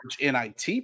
NIT